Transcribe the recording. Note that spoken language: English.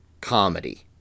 comedy